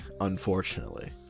Unfortunately